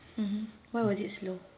mmhmm why was it slow